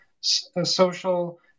social